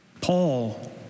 Paul